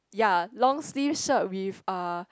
ya long sleeve shirt with uh